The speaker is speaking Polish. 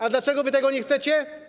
A dlaczego wy tego nie chcecie?